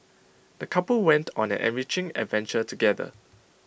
the couple went on an enriching adventure together